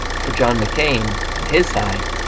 for john mccain and his side,